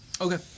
Okay